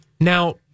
Now